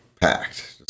packed